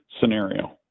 scenario